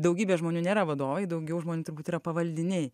daugybė žmonių nėra vadovai daugiau žmonių turbūt yra pavaldiniai